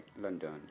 London